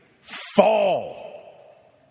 fall